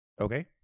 Okay